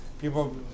people